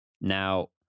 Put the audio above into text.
Now